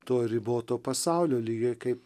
to riboto pasaulio lygiai kaip